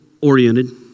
oriented